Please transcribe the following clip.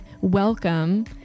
welcome